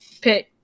pick